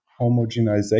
homogenization